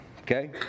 Okay